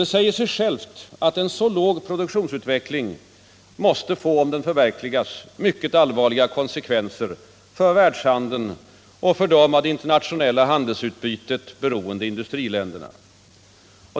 Det säger sig självt att en så låg produktionsutveckling måste få, om den förverkligas, mycket allvarliga konsekvenser för världshandeln och för de av det internationella handelsutbytet beroende industriländerna.